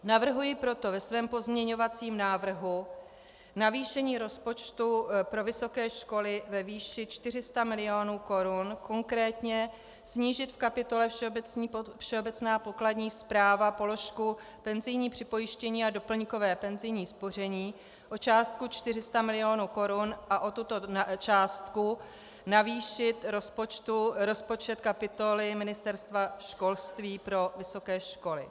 Navrhuji proto ve svém pozměňovacím návrhu navýšení rozpočtu pro vysoké školy ve výši 400 milionů korun, konkrétně snížit v kapitole Všeobecná pokladní správa položku penzijní připojištění a doplňkové penzijní spoření o částku 400 milionů korun a o tuto částku navýšit rozpočet kapitoly Ministerstva školství pro vysoké školy.